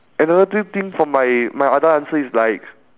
another thing for my my other answer is like